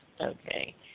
Okay